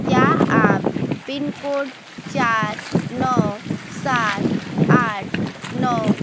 क्या आप पिनकोड चार नौ सात आठ नौ